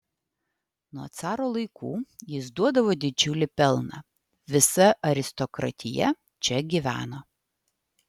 nuo caro laikų jis duodavo didžiulį pelną visa aristokratija čia gyveno